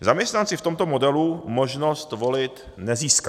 Zaměstnanci v tomto modelu možnost volit nezískají.